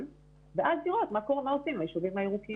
ואז לראות מה עושים עם היישובים הירוקים.